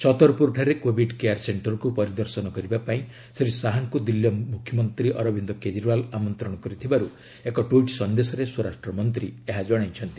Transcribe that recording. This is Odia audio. ଛତରପୁରଠାରେ କୋଭିଡ୍ କେୟାର ସେଣ୍ଟରକୁ ପରିଦର୍ଶନ କରିବା ପାଇଁ ଶ୍ରୀ ଶାହାଙ୍କୁ ଦିଲ୍ଲୀ ମୁଖ୍ୟମନ୍ତ୍ରୀ ଅରବିନ୍ଦ କେଜରିଓ୍ବାଲ ଆମନ୍ତ୍ରଣ କରିଥିବାରୁ ଏକ ଟ୍ୱିଟ୍ ସନ୍ଦେଶରେ ସ୍ୱରାଷ୍ଟ୍ର ମନ୍ତ୍ରୀ ଏହା ଜଣାଇଛନ୍ତି